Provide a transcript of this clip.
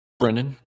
Brennan